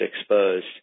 exposed